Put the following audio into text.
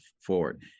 forward